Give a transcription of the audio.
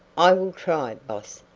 i will try, boss,